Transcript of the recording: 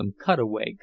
cutaway